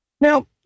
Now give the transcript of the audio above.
Now